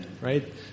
right